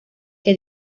que